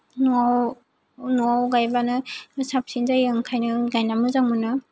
न'आव न'आव गायब्लानो साबसिन जायो ओंखायनो गायना मोजां मोनो